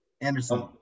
Anderson